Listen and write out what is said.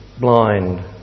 blind